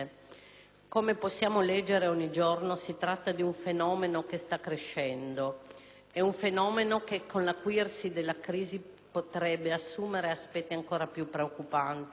Come possiamo leggere ogni giorno, si tratta di un fenomeno che sta crescendo, è un fenomeno che con l'acuirsi della crisi potrebbe assumere aspetti ancora più preoccupanti